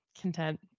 content